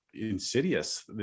insidious